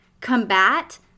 combat